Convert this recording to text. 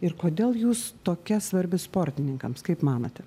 ir kodėl jūs tokia svarbi sportininkams kaip manote